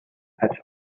patch